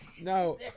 No